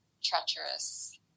treacherous